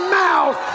mouth